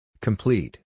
Complete